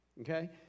Okay